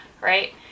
right